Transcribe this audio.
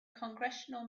congressional